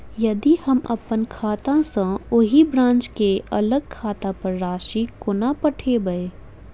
यदि हम अप्पन खाता सँ ओही ब्रांच केँ अलग खाता पर राशि कोना पठेबै?